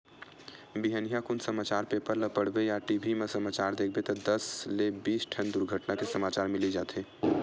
बिहनिया कुन समाचार पेपर ल पड़बे या टी.भी म समाचार देखबे त दस ले बीस ठन दुरघटना के समाचार मिली जाथे